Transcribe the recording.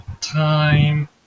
time